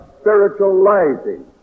spiritualizing